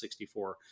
64